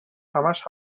همش